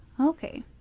Okay